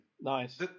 nice